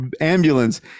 ambulance